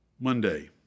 Monday